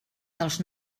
dels